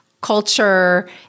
culture